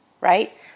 right